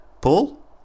Paul